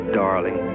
darling